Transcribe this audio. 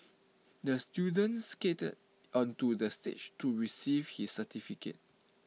the student skated onto the stage to receive his certificate